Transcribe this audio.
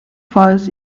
files